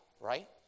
right